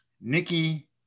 Nikki